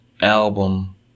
album